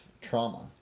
trauma